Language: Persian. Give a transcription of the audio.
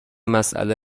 مساله